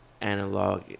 Analog